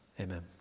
Amen